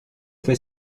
fue